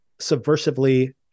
subversively